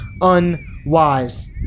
unwise